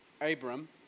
Abram